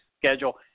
schedule